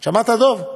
שמעת, דב?